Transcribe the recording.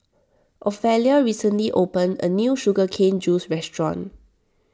Ofelia recently opened a new Sugar Cane Juice restaurant